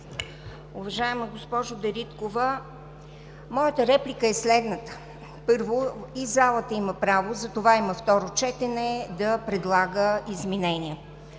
Уважаема госпожо Дариткова, моята реплика е следната: Първо, залата има право и затова има второ четене – да предлага изменения